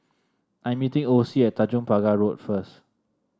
I'm meeting Osie at Tanjong Pagar Road first